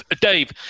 Dave